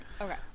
Okay